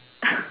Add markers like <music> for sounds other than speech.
<laughs>